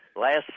last